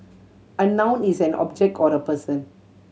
a noun is an object or a person